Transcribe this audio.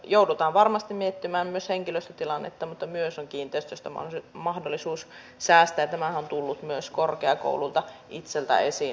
joudutaan varmasti miettimään myös henkilöstötilannetta mutta on myös kiinteistöistä mahdollisuus säästää ja tämähän on tullut myös korkeakouluilta itseltään esiin vaihtoehtona